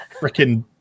freaking